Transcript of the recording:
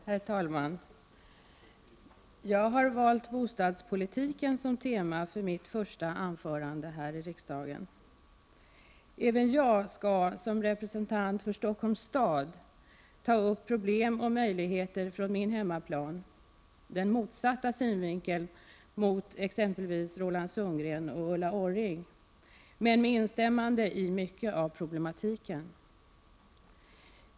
Herr talman! Jag har valt bostadspolitiken som tema för mitt första anförande här i riksdagen. Även jag skall som representant för Stockholms stad ta upp problem och möjligheter från min hemmaplan, från motsatt synvinkel mot exempelvis Roland Sundgren och Ulla Orring, men med instämmande i mycket av problematiken.